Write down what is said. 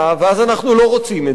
ואז אנחנו לא רוצים את זה,